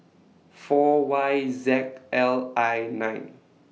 four Y Z L I nine